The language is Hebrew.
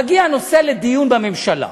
מגיע נושא לדיון בממשלה,